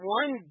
one